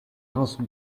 rince